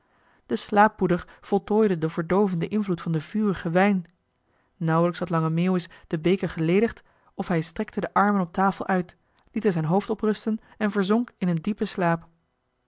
de slaappoeder voltooide den verdoovenden invloed van den vurigen wijn nauwelijks had lange meeuwis den beker geledigd of hij strekte de armen op tafel uit liet er zijn hoofd op rusten en verzonk in een diepen slaap